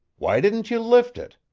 why didn't you lift it?